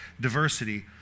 diversity